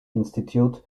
institute